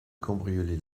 cambrioler